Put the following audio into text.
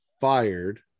fired